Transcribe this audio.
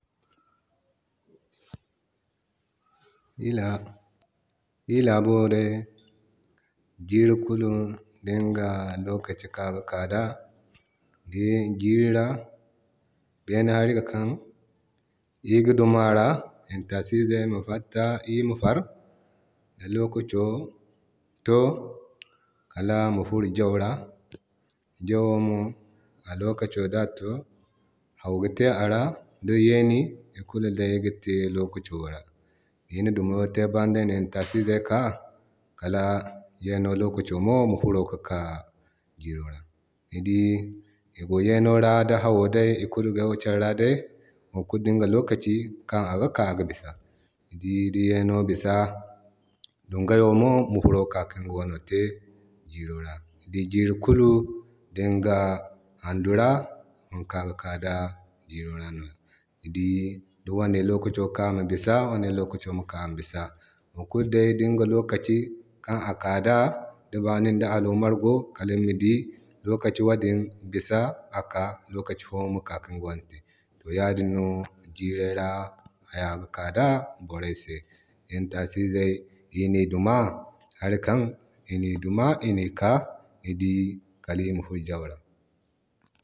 Giri ra iri laabo day giri kulu dinga lokaci kan aga kaa da. Giri ra hari ga kaŋ iri ga duma a ra, intasizey ga fatta irima far. Di lokaci to kal ama furo gyau ra. Gyau wo mo a lokaco da to hau ga te a ra da yeeni ikulu day ga te lokaco ra. Dina dumiyaŋo te banda ina intasizey kaa, kala yeeno lokacomo ma furo kika giro ra. Ni dii igo day yeeno ra di hawo day ikulu day go keri ya day wo kulu dinga lokaci kan agi ka ki bisa. Ni dii di yeeno bisa dungayo mo mi furo kika kinga wano te giro ra. Ni dii giri kulu dinga handura harikan agi ka da giro ra nwa. Ni dii di wane lokaco ka ama bisa, di wane lokaco ka ama bisa. Wo kulu day dinga lokaci kan a kaa da di wani da alomar go kala nima di lokaci wadin bisa aka lokaci fo ma kaa kinga wane te. To ya din no giro ra haya gi ka da borey se. Intasizey di ni duma harikaŋ ini duma ini ka ni dii kalima furo gyau ra.